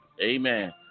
Amen